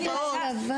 הצלבה.